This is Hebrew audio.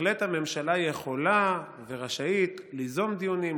בהחלט הממשלה יכולה ורשאית ליזום דיונים,